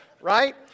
right